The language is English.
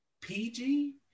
pg